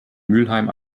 mülheim